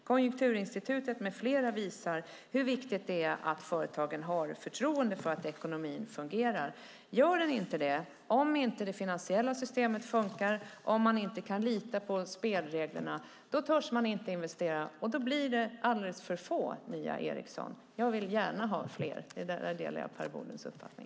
Konjunkturinstitutet med flera visar hur viktigt det är att företagen har förtroende för att ekonomin fungerar. Gör den inte det, om inte det finansiella systemet funkar och om man inte kan lita på spelreglerna törs man inte investera, och då blir det alldeles för få nya Ericsson. Jag vill gärna ha fler. Där delar jag Per Bolunds uppfattning.